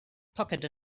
pocket